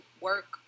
work